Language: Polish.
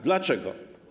Dlaczego?